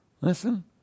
Listen